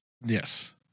Yes